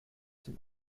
dem